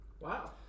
Wow